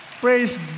Praise